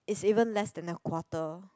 is even less than a quarter